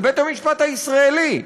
לבית-המשפט הישראלי,